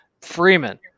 Freeman